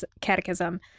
Catechism